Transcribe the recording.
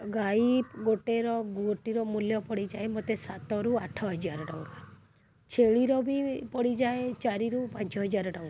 ଗାଈ ଗୋଟିଏର ଗୋଟିର ମୂଲ୍ୟ ପଡ଼ିଯାଏ ମୋତେ ସାତରୁ ଆଠ ହଜାର ଟଙ୍କା ଛେଳିର ବି ପଡ଼ିଯାଏ ଚାରିରୁ ପାଞ୍ଚ ହଜାର ଟଙ୍କା